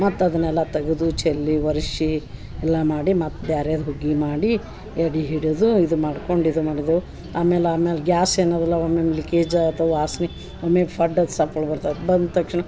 ಮತ್ತೆ ಅದನೆಲ್ಲ ತೆಗದು ಚೆಲ್ಲಿ ವರ್ಸಿ ಎಲ್ಲ ಮಾಡಿ ಮತ್ತೆ ಬ್ಯಾರೆದ ಹುಗ್ಗಿ ಮಾಡಿ ಎಡೆ ಹಿಡದು ಇದು ಮಾಡ್ಕೊಂಡು ಇದು ಮಾಡಿದೆವು ಆಮೇಲೆ ಆಮೇಲೆ ಗ್ಯಾಸ್ ಏನದಲ್ಲಾ ಒಮ್ಮೆಮ್ ಲೀಕೇಜ್ ಆಥವ್ ವಾಸ್ನಿ ಒಮ್ಮೆಗ ಫಡ್ಡದ್ ಸಪ್ಪಳ ಬರ್ತಾತು ಬನ್ ತಕ್ಷಣ